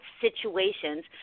situations